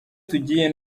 tugiye